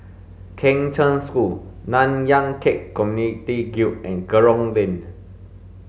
Kheng Cheng School Nanyang Khek Community Guild and Kerong Lane